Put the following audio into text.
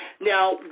Now